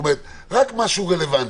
כלומר,